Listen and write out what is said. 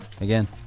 again